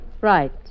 Right